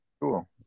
Cool